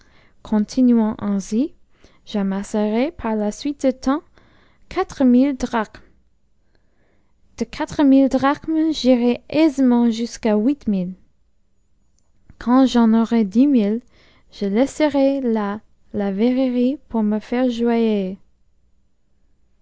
continuant ainsi j'amasserai par la suite du temps quatre mille drachmes de quatre mille drachmes j'irai aisément jusqu'à huit mille quand j'en aurai dix mille je laisserai là la verrerie pour me faire joaillier